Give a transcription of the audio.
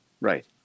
Right